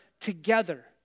together